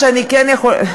מה שאני כן יכולה,